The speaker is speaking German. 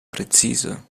präzise